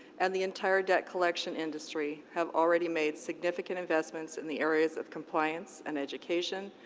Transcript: and the entire debt collection industry have already made significant investments in the areas of compliance and education,